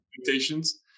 expectations